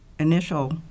initial